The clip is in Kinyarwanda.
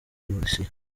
burusiya